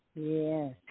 Yes